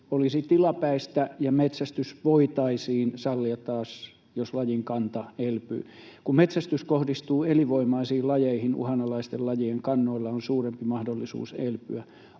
olisi tilapäistä, ja metsästys voitaisiin sallia taas, jos lajin kanta elpyy. Kun metsästys kohdistuu elinvoimaisiin lajeihin, uhanalaisten lajien kannoilla on suurempi mahdollisuus elpyä.